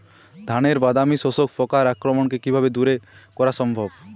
ধানের বাদামি শোষক পোকার আক্রমণকে কিভাবে দূরে করা সম্ভব?